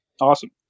Awesome